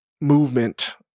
movement